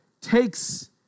takes